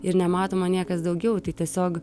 ir nematoma niekas daugiau tai tiesiog